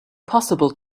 possible